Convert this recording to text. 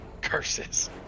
Curses